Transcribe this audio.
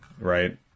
right